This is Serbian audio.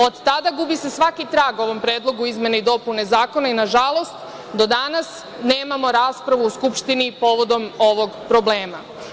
Od tada gubi se svaki trag ovom Predlogu izmena i dopuna zakona i, nažalost, do danas nemamo raspravu u Skupštini povodom ovog problema.